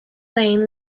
lane